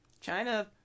China